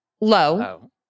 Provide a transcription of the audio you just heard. low